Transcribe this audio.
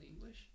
English